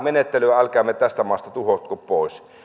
menettelyä älkäämme tästä maasta tuhotko pois